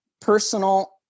personal